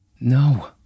No